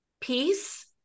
peace